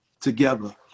together